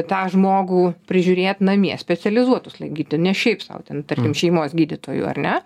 tą žmogų prižiūrėt namie specializuotų slaugytojų ne šiaip sau ten tarkim šeimos gydytojų ar ne